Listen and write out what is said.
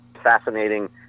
Fascinating